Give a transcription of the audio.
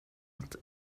att